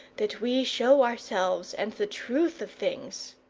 that we show ourselves, and the truth of things.